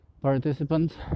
participants